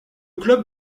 club